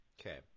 Okay